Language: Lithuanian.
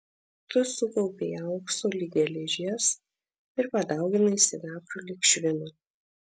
tu sukaupei aukso lyg geležies ir padauginai sidabro lyg švino